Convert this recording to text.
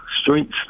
streets